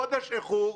אנחנו בחודש איחור,